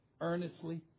earnestly